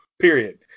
Period